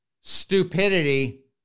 stupidity